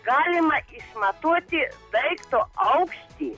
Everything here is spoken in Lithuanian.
galima išmatuoti daikto aukštį